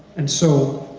and so,